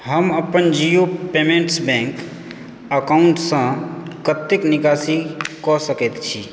हम अपन Jio payments bank अकाउंटसँ कतेक निकासी कऽ सकैत छी